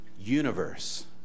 universe